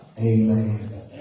amen